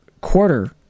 quarter